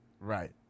Right